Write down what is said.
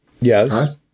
Yes